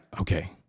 okay